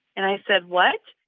and i said, what?